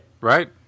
Right